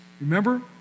Remember